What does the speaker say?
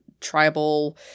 tribal